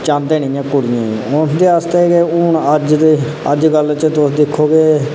चाहंदे न कुड़ियें गी उं'दे आस्तै गै हून अज्ज दे अजकल तुस दिक्खो ते